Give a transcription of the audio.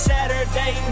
Saturday